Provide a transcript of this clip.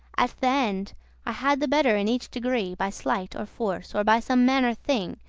at th' end i had the better in each degree, by sleight, or force, or by some manner thing,